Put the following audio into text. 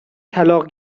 طلاق